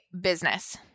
business